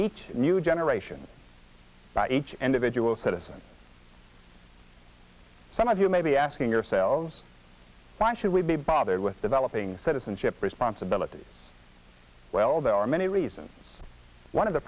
each new generation by each individual citizen some of you may be asking yourselves why should we be bothered with developing citizenship responsibilities well there are many reasons one of the